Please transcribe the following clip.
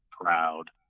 proud